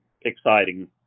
exciting